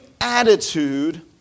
attitude